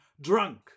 drunk